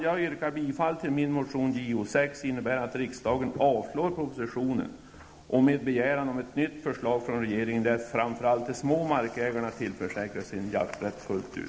Jag yrkar bifall till min motion Jo6, innebärande att riksdagen avslår propositionen och begär ett nytt förslag från regeringen där framför allt de små markägarna tillförsäkras sin jakträtt fullt ut.